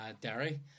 Derry